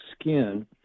skin